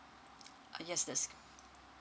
uh yes that's